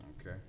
okay